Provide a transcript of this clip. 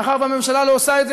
מאחר שהממשלה לא עושה את זה,